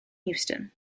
houston